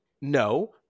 No